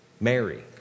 Mary